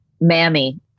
Mammy